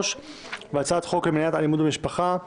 הצעת חוק הכשרות המשפטית